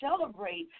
celebrate